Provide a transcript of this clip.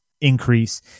increase